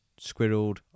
squirreled